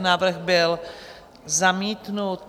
Návrh byl zamítnut.